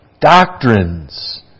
Doctrines